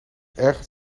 ergert